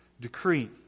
decree